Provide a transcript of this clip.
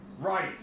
Right